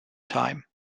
time